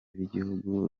b’igihugu